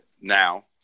now